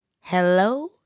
Hello